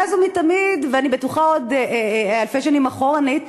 מאז ומתמיד, ואני בטוחה שעוד אלפי שנים אחורנית,